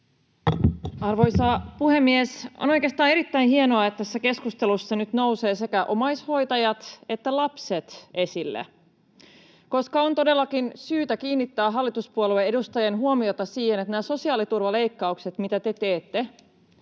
Arvoisa puhemies! On oikeastaan erittäin hienoa, että tässä keskustelussa nyt nousevat sekä omaishoitajat että lapset esille, koska on todellakin syytä kiinnittää hallituspuolueiden edustajien huomiota siihen, että nämä sosiaaliturvaleikkaukset, mitä te teette,